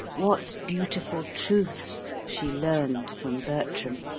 what beautiful truths, she learned from bertram!